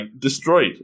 destroyed